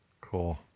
Cool